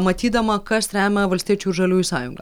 matydama kas remia valstiečių ir žaliųjų sąjungą